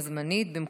ההצעה עברה פה אחד.